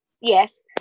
yes